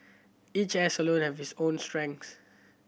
each hair salon has its own strength